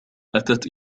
أتت